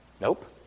Nope